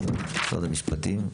משרד המשפטים,